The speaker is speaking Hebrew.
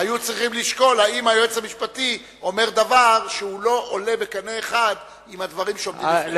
אם היועץ המשפטי אומר דבר שלא עולה בקנה אחד עם הדברים שעומדים בפניהם.